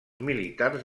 militars